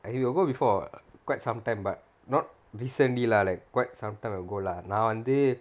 ya you got go before quite some time but not recently lah like quite some time ago lah நான் வந்து:naan vanthu